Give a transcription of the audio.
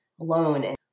alone